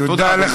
תודה, אדוני.